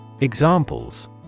Examples